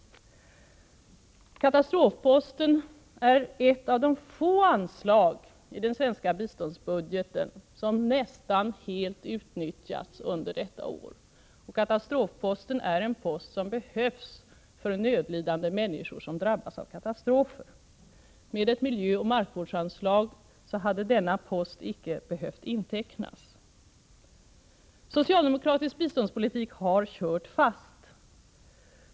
Katastrofposten är ett av de få anslag i den svenska biståndsbudgeten som nästan helt utnyttjats under detta år, och katastrofposten är en post som behövs för nödlidande människor som drabbas av katastrofer. Med ett miljöoch markvårdsanslag hade denna post inte behövt intecknas. Socialdemokratisk biståndspolitik har kört fast.